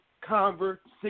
conversation